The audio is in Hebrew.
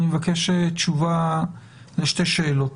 אני מבקש תשובה לשתי שאלות.